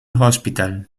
hospital